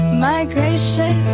migration,